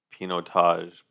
Pinotage